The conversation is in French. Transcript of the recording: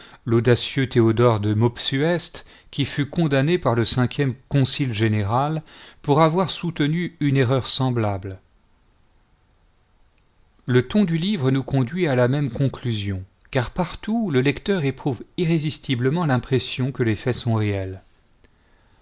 l'audacieux théodore de mopsueste qui fut condamné par le v concile général pour avoir soutenu une erreur semblable le ton du livre nous conduit à la même conclusion car partout le lecteur éprouve irrésistiblement l'impression que les faits sont réels